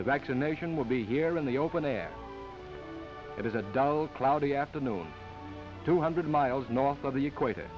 the vaccination will be here in the open air it is a dull cloudy afternoon two hundred miles north of the equator